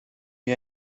wir